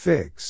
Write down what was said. Fix